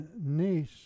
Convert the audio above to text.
niece